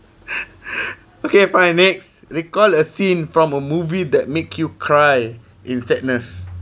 okay fine next recall a scene from a movie that make you cry in sadness